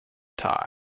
tides